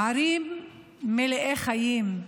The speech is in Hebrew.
ערים מלאות חיים,